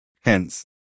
Hence